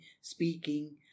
speaking